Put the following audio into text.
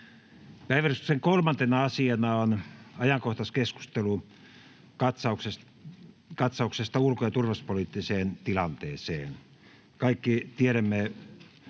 Päiväjärjestyksen 3. asiana on ajankohtaiskeskustelu kat-sauksesta ulko- ja turvallisuuspoliittiseen tilanteeseen. Kaikki tiedämme